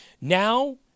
Now